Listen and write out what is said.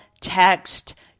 text